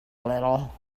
little